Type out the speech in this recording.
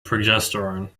progesterone